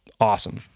awesome